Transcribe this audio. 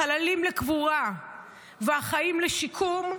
החללים לקבורה והחיים לשיקום,